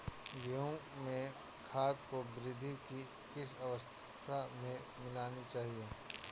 गेहूँ में खाद को वृद्धि की किस अवस्था में मिलाना चाहिए?